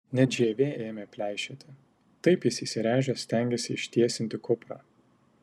net žievė ėmė pleišėti taip jis įsiręžęs stengėsi ištiesinti kuprą